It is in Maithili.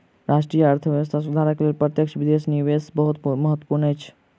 राष्ट्रक अर्थव्यवस्था सुधारक लेल प्रत्यक्ष विदेशी निवेश बहुत महत्वपूर्ण अछि